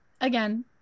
again